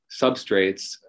substrates